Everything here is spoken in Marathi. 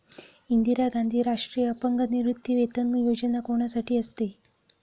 इंदिरा गांधी राष्ट्रीय अपंग निवृत्तीवेतन योजना कोणासाठी असते?